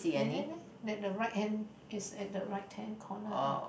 that man eh the right hand is at the right hand corner there